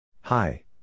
Hi